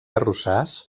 arrossars